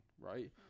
right